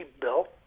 bill